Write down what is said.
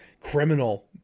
criminal